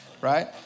right